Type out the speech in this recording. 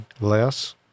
less